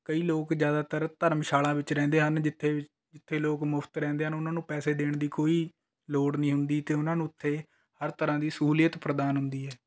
ਕਈ ਲੋਕ ਜ਼ਿਆਦਾਤਰ ਧਰਮਸ਼ਾਲਾ ਵਿੱਚ ਰਹਿੰਦੇ ਹਨ ਜਿੱਥੇ ਵੀ ਜਿੱਥੇ ਲੋਕ ਮੁਫਤ ਰਹਿੰਦੇ ਹਨ ਉਹਨਾਂ ਨੂੰ ਪੈਸੇ ਦੇਣ ਦੀ ਕੋਈ ਲੋੜ ਨਹੀਂ ਹੁੰਦੀ ਅਤੇ ਉਹਨਾਂ ਨੂੰ ਉੱਥੇ ਹਰ ਤਰ੍ਹਾਂ ਦੀ ਸਹੂਲੀਅਤ ਪ੍ਰਦਾਨ ਹੁੰਦੀ ਹੈ